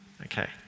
Okay